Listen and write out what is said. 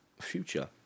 future